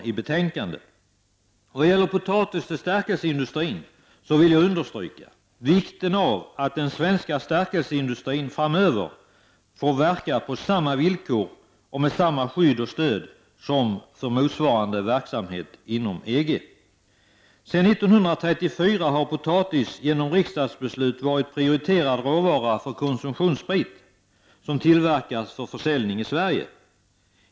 I vad gäller potatis till stärkelseindustrin vill jag understryka vikten av att den svenska stärkelseindustrin framöver får verka på samma villkor och med samma skydd och stöd som för motsvarande verksamhet inom EG. Sedan 1934 har potatis genom riksdagsbeslut varit prioriterad råvara för konsumtionssprit som tillverkas för försäljning i Sverige.